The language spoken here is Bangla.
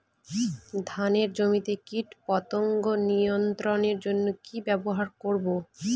ধানের জমিতে কীটপতঙ্গ নিয়ন্ত্রণের জন্য কি ব্যবহৃত করব?